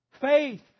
faith